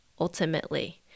ultimately